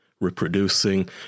reproducing